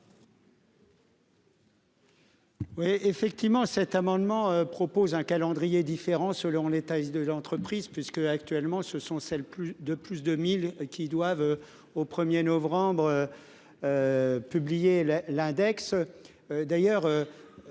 Oui effectivement, cet amendement propose un calendrier différent selon les textes de l'entreprise, puisqu'actuellement, ce sont celles plus de plus de 1000 qui doivent au 1er novembre. Publié le l'index.